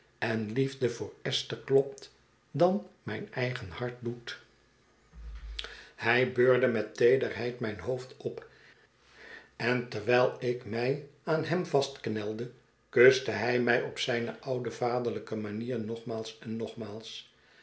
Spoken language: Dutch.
en liefde voor esther klopt dan mijn eigen hart doet hij beurde met teederheid mijn hoofd op en terwijl ik mij aan hem vastknelde kuste hij mij op zijne oude vaderlijke manier nogmaals en nogmaals